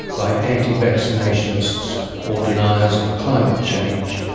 by anti-vaccinationists or deniers of climate change.